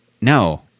no